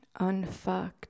unfucked